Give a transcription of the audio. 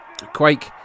Quake